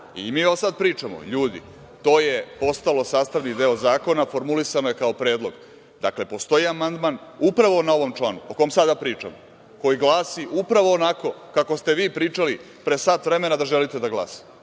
vam sada pričamo – ljudi, to je postalo sastavni deo zakona, formulisano je kao predlog. Dakle, postoji amandman upravo na ovom članu o kojem sada pričamo, a koji glasi upravo onako kako ste vi pričali pre sat vremena da želite da glasi.